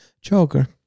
choker